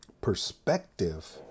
Perspective